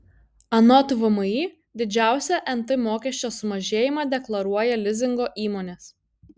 anot vmi didžiausią nt mokesčio sumažėjimą deklaruoja lizingo įmonės